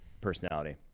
personality